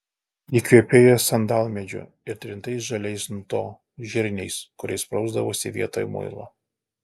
ji kvepėjo sandalmedžiu ir trintais žaliais nu to žirniais kuriais prausdavosi vietoj muilo